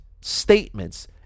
statements